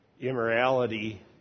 immorality